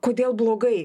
kodėl blogai